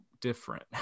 different